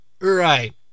Right